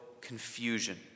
confusion